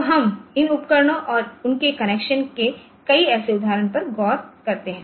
तो हम इन उपकरणों और उनके कनेक्शन के कई ऐसे उदाहरणों पर गौर करते हैं